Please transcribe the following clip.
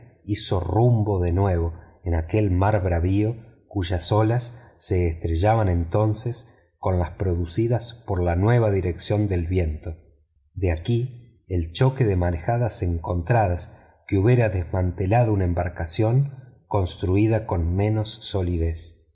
hizo rumbo de nuevo en aquel mar bravío cuyas olas se estrellaban entonces con las producidas por la nueva dirección del viento de aquí el choque de marejadas encontradas que hubiera desmantelado una embarcación construída con menos solidez